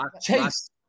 Chase